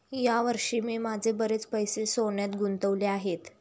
या वर्षी मी माझे बरेच पैसे सोन्यात गुंतवले आहेत